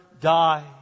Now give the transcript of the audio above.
die